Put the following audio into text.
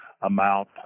amount